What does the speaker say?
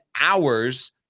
hours